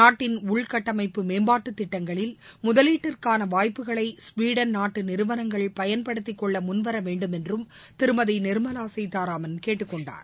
நாட்டின் உள்கட்டமைப்பு மேம்பாட்டு திட்டங்களில் முதலீட்டிற்காள வாய்ப்புகளை கவீடன் நாட்டு நிறுவனங்கள் பயன்படுத்திக்கொள்ள திருமதி நிர்மலா சீதாராமன் கேட்டுக்கொண்டார்